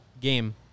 game